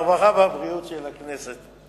הרווחה והבריאות של הכנסת.